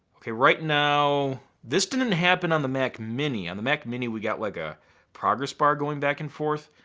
okay, right now. this didn't happen on the mac mini. on the mac mini we got like a progress bar going back and forth.